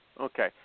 Okay